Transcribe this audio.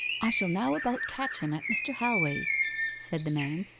i shall now about catch him at mr. halway's said the man,